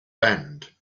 bend